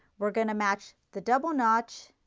we are going to match the double notch,